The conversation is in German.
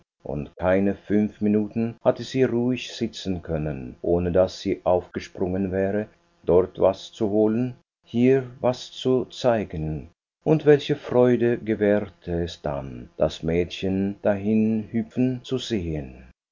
und keine fünf minuten hatte sie ruhig sitzen können ohne daß sie aufgesprungen wäre dort was zu holen hier was zu zeigen und welche freude gewährte es dann das mädchen dahinhüpfen zu sehen